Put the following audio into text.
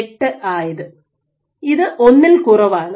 8 ആയത് ഇത് ഒന്നിൽ കുറവാണ്